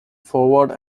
forward